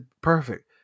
perfect